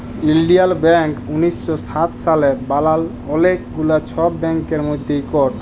ইলডিয়াল ব্যাংক উনিশ শ সাত সালে বালাল অলেক গুলা ছব ব্যাংকের মধ্যে ইকট